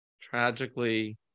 Tragically